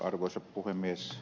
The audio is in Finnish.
arvoisa puhemies